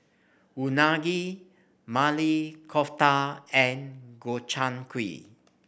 Unagi Maili Kofta and Gobchang Gui